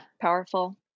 powerful